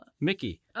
Mickey